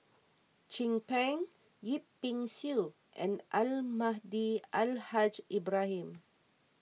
Chin Peng Yip Pin Xiu and Almahdi Al Haj Ibrahim